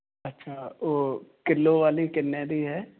ਅੱਛਾ ਉਹ ਕਿਲੋ ਵਾਲੀ ਕਿੰਨੇ ਦੀ ਹੈ